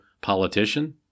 politician